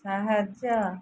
ସାହାଯ୍ୟ